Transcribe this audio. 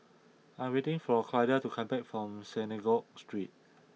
I am waiting for Clyda to come back from Synagogue Street